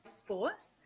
force